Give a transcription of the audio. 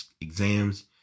exams